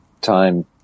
time